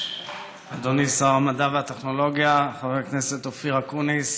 אדוני שר המדע והטכנולוגיה חבר הכנסת אופיר אקוניס,